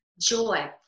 joy